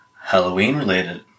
Halloween-related